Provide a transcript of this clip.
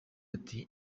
ati